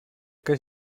que